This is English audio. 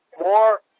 more